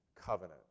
covenant